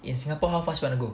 in Singapore how fast you wanna go